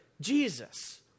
Jesus